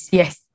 yes